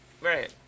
Right